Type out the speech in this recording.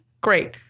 great